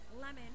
Lemon